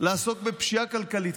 לעסוק בפשיעה כלכלית,